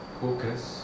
focus